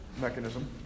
mechanism